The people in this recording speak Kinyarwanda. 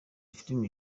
filime